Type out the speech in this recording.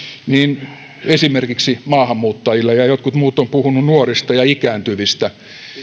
esimerkiksi maahanmuuttajille ja jotkut muut ovat puhuneet nuorista ja ikääntyvistä ja